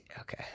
Okay